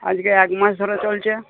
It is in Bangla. আজকে এক মাস ধরে চলছে